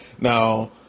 Now